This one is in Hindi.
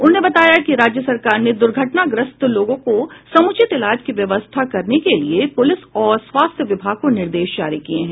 उन्होंने बताया कि राज्य सरकार ने दुर्घटनाग्रस्त लोगों को समुचित इलाज की व्यवस्था करने के लिए पुलिस और स्वास्थ्य विभाग को निर्देश जारी किए हैं